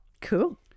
Cool